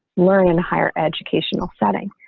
learn and higher educational setting.